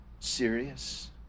Serious